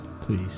please